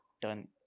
done